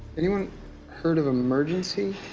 anyone heard of emergent